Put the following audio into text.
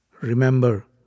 Remember